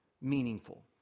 meaningful